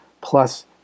plus